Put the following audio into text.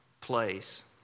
place